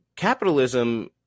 Capitalism